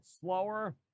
slower